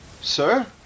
sir